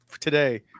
Today